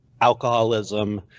alcoholism